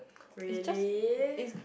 really